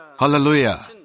Hallelujah